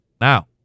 Now